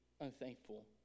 unthankful